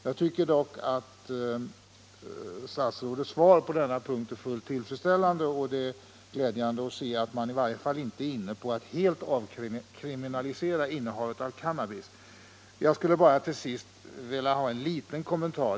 Jag tycker dock att statsrådets svar på denna punkt är fullt tillfredsställande. Det är glädjande att se att man i varje fall inte är inne på att helt avkriminalisera innehavet av cannabis. Till sist skulle jag bata vilja ha en liten kommentar.